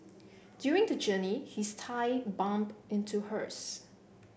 during the journey his thigh bumped into hers